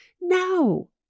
No